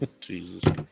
Jesus